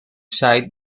side